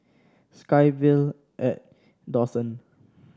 SkyVille at Dawson